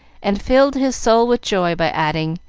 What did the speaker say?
and filled his soul with joy by adding,